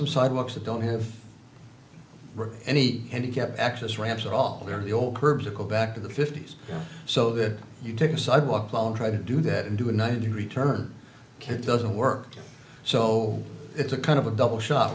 some sidewalks that don't have any handicapped access ramps are all the old curbs go back to the fifty's so that you take a sidewalk won't try to do that and do a ninety degree turn kid doesn't work so it's a kind of a double shot